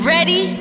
Ready